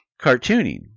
cartooning